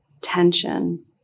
tension